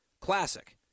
classic